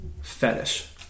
fetish